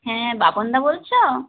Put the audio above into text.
হ্যাঁ বাপনদা বলছো